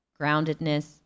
groundedness